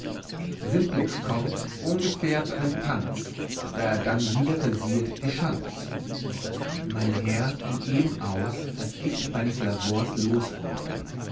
simplex kommt ohngefähr zu einem tanz da er dann wieder versiehet die schanz mein herr gieng eben aus als ich meines lavors los worden